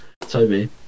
Toby